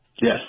Yes